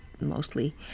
mostly